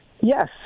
Yes